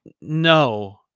no